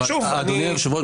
אבל אדוני היושב ראש,